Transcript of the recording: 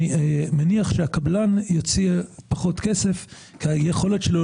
כך הקבלן יוציא פחות כסף והיכולת שלו